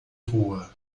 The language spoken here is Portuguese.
rua